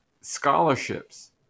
scholarships